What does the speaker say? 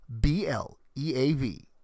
B-L-E-A-V